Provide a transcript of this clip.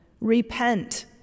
Repent